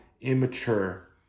immature